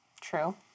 True